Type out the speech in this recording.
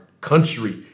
country